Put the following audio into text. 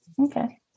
okay